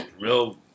real